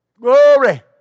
Glory